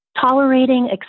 tolerating